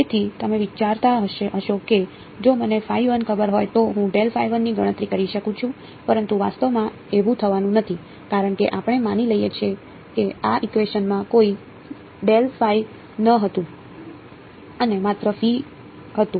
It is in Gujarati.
તેથી તમે વિચારતા હશો કે જો મને ખબર હોય તો હું ની ગણતરી કરી શકું છું પરંતુ વાસ્તવમાં એવું થવાનું નથી કારણ કે આપણે માની લઈએ કે આ ઇકવેશનમાં કોઈ ન હતું અને માત્ર ફી હતું